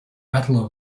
battle